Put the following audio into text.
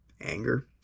anger